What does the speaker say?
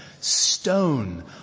stone